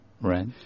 Right